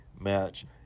match